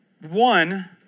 one